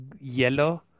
yellow